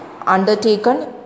undertaken